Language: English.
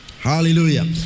Hallelujah